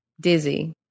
dizzy